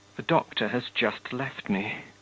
the doctor has just left me.